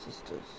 sisters